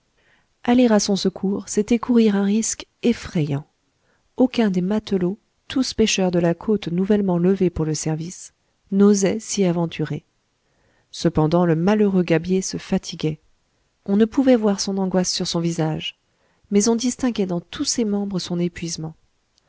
aller à son secours c'était courir un risque effrayant aucun des matelots tous pêcheurs de la côte nouvellement levés pour le service n'osait s'y aventurer cependant le malheureux gabier se fatiguait on ne pouvait voir son angoisse sur son visage mais on distinguait dans tous ses membres son épuisement